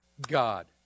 God